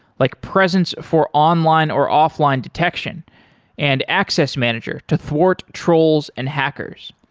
like presence for online or offline detection and access manager to thwart trolls and hackers.